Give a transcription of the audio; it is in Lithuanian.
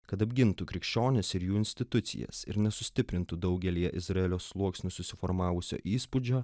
kad apgintų krikščionis ir jų institucijas ir nesustiprintų daugelyje izraelio sluoksnių susiformavusio įspūdžio